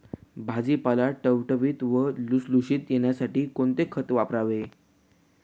भाजीपाला टवटवीत व लुसलुशीत येण्यासाठी कोणते खत वापरावे?